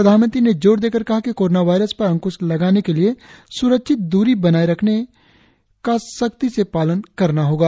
प्रधानमत्री ने जोर देकर कहा कि कोरोना वायरस पर अंक्श लगाने के लिए स्रक्षित दूरी बनाए रखने का सख्ती से पालन करना होगा